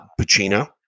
Pacino